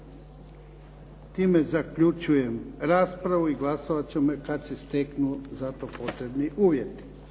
Time zaključujem raspravu i glasovat ćemo kad se steknu za to potrebni uvjeti.